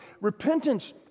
Repentance